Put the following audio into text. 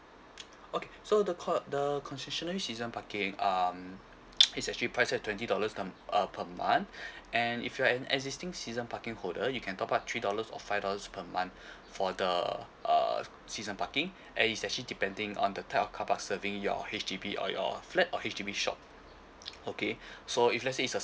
okay so the co~ the concessionary season parking um it's actually price at twenty dollars um uh per month and if you're an existing season parking holder you can top up three dollars or five dollars per month for the uh season parking and it's actually depending on the type of car park serving your H_D_B or your flat or it's giving shot okay so if let say it's a